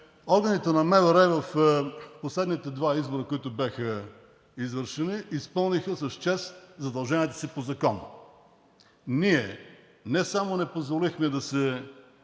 органите на МВР в последните два избора, които бяха извършени, изпълниха с чест задълженията си по закон. Ние не само не позволихме да се